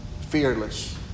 fearless